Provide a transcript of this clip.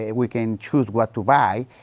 ah we can choose what to buy.